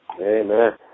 Amen